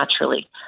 naturally